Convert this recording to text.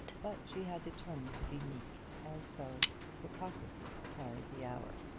but she had determined to be meek, and so hypocrisy carried the hour.